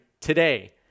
today